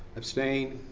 abstain?